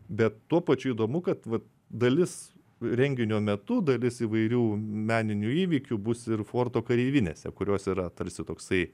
bet tuo pačiu įdomu kad va dalis renginio metu dalis įvairių meninių įvykių bus ir forto kareivinėse kurios yra tarsi toksai